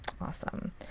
Awesome